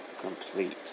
complete